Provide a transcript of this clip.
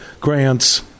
grants